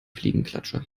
fliegenklatsche